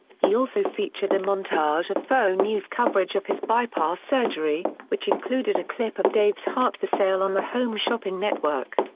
he also featured a montage of faux so news coverage of his bypass surgery, which included a clip of dave's heart for sale on the home shopping network.